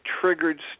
triggered